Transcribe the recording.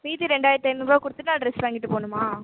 மீதி ரெண்டாயிரத்து ஐநூறு ரூபா கொடுத்துட்டு தான் டிரஸ் வாங்கிட்டு போகணுமா